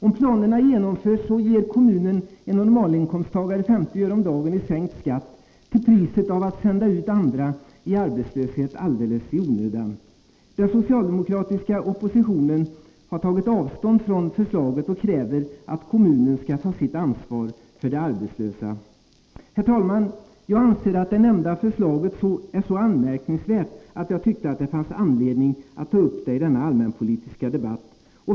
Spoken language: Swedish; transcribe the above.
Om planerna genomförs ger kommunen en normalinkomsttagare 50 öre om dagen i sänkt skatt till priset av att sända ut andra i arbetslöshet alldeles i onödan. Den socialdemokratiska oppositionen har tagit avstånd från förslaget och kräver att kommunen skall ta sitt ansvar för de arbetslösa. Herr talman! Jag anser det nämnda förslaget så anmärkningsvärt, att jag tyckte det fanns anledning att ta upp det i denna allmänpolitiska debatt.